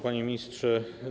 Panie Ministrze!